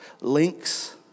links